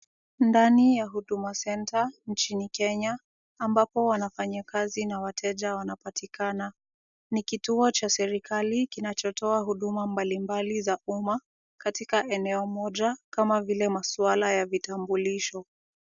Ndani ya Huduma Centre nchini Kenya ambapo wafanyikazi na wateja wanapatikana. Ni kituo cha serikali kinachotoa huduma mbalimbali za umma katika eneo moja kama vile maswala ya vitambulisho.